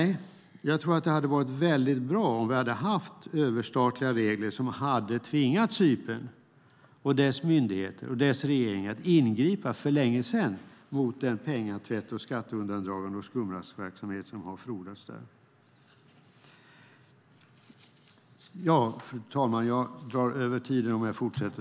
Jag tror att det hade varit bra om vi haft överstatliga regler som för länge sedan tvingat Cypern och dess regering och myndigheter att ingripa mot pengatvätt, skatteundandragande och annan skumraskverksamhet som har frodats där.